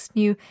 new